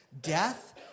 death